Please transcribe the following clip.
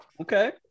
okay